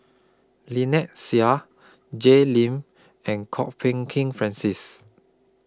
Lynnette Seah Jay Lim and Kwok Peng Kin Francis